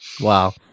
wow